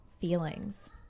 feelings